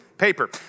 Paper